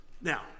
Now